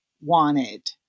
wanted